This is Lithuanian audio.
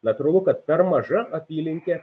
natūralu kad per maža apylinkė